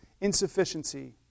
insufficiency